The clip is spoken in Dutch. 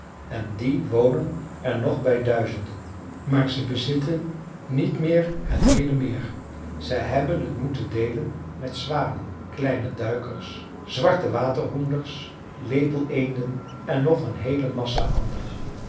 en die wonen er nog bij duizenden maar ze bezitten niet meer het heele meer ze hebben het moeten deelen met zwanen kleine duikers zwarte waterhoenders lepeleenden en nog een heele massa anderen